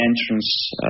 entrance